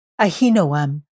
Ahinoam